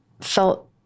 felt